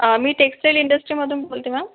मी textile इंडस्ट्रीमधून बोलते ma'am